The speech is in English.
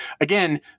again